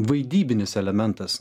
vaidybinis elementas